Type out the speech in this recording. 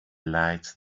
lights